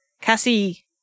Cassie